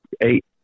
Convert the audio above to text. eight